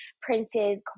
printed